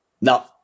Now